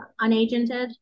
unagented